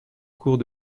cours